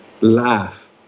Laugh